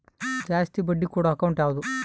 ಜಾಸ್ತಿ ಬಡ್ಡಿ ಕೊಡೋ ಅಕೌಂಟ್ ಯಾವುದು?